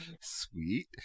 Sweet